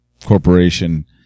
corporation